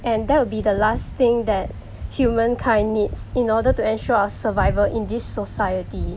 and that would be the last thing that humankind needs in order to ensure our survival in this society